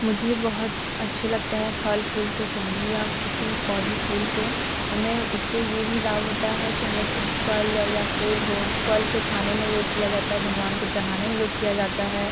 मुझे बहुत अच्छे लगते हैं फल फूल के सब्ज़ियाँ किसी पौधे फूल के हमें इससे यह भी लाभ होता है कि हमें फल या फूल हो फल तो खाने में योग किया जाता ही भगवान को चढ़ाने में योग की जाता है